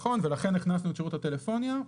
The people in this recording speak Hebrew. ולכן הכנסנו את שירות הטלפוניה.